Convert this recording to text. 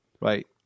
right